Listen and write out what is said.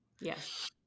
yes